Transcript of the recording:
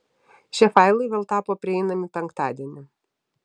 šie failai vėl tapo prieinami penktadienį